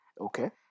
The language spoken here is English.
Okay